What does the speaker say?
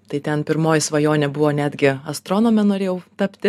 tai ten pirmoji svajonė buvo netgi astronome norėjau tapti